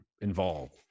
involved